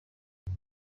ati